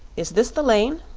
is this the lane?